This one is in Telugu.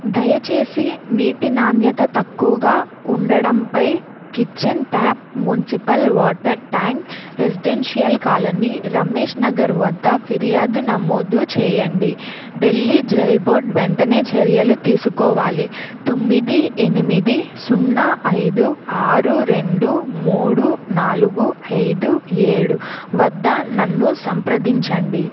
దయచేసి నీటి నాణ్యత తక్కువగా ఉండడంపై kitchen tap municipal water tank residential colony Ramesh Nagar వద్ద ఫిర్యాదు నమోదు చేయండి ఢిల్లీ జల్ బోర్డ్ వెంటనే చర్యలు తీసుకోవాలి తొమ్మిది ఎనిమిది సున్నా ఐదు ఆరు రెండు మూడు నాలుగు ఐదు ఏడు వద్ద నన్ను సంప్రదించండి